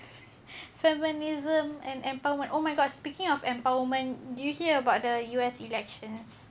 feminism and empowerment oh my god speaking of empowerment do you hear about the U_S elections